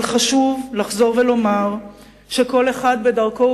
אבל חשוב לחזור ולומר שכל אחד בדרכו